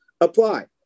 apply